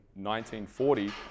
1940